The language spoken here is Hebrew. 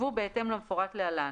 יושבו בהתאם למפורט להלן: